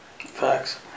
Facts